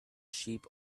sheep